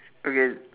okay